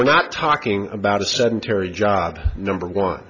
we're not talking about a sedentary job number one